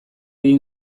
egin